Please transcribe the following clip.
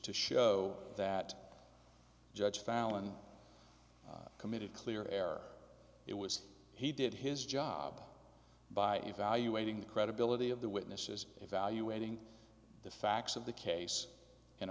show that judge fallon committed clear air it was he did his job by evaluating the credibility of the witnesses evaluating the facts of the case